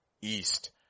east